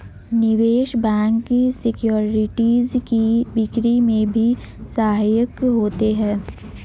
निवेश bank securities की बिक्री में भी सहायक होते हैं